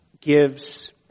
gives